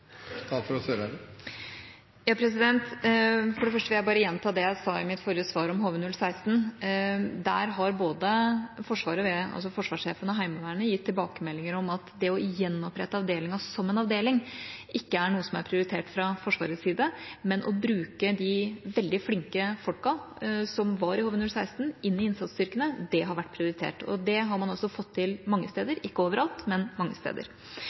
For det første vil jeg bare gjenta det jeg sa i mitt forrige svar om HV-016. Der har Forsvaret, ved forsvarssjefen og Heimevernet, gitt tilbakemelding om at det å gjenopprette avdelingen som en avdeling, ikke er noe som er prioritert fra Forsvarets side, men å bruke de veldig flinke folka som var i HV-016, inn i innsatsstyrkene har vært prioritert. Det har man også fått til mange steder – ikke over alt, men mange steder.